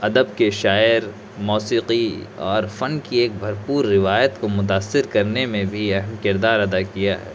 ادب کے شاعر موسیقی اور فن کی ایک بھر پور روایت کو متأثر کرنے میں بھی اہم کردار ادا کیا ہے